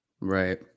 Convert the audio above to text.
Right